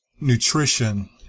nutrition